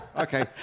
Okay